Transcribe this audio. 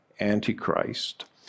antichrist